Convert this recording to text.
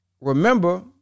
remember